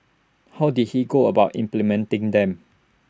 how did he go about implementing them